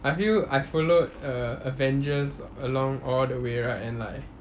I feel I followed err avengers along all the way right and like